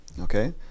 Okay